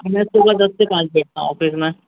मैं दस से पाँच बैठता हूँ औफीस में